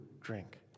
drink